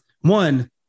One